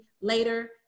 later